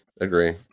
Agree